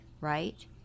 right